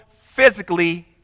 physically